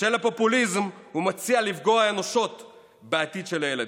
בשל הפופוליזם הוא מציע לפגוע אנושות בעתיד של הילדים.